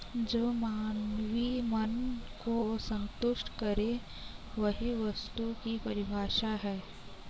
जो मानवीय मन को सन्तुष्ट करे वही वस्तु की परिभाषा है